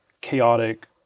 chaotic